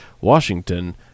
Washington